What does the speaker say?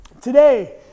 Today